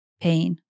pain